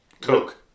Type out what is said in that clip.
coke